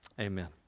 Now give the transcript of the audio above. amen